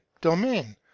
domain